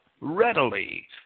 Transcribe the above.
readily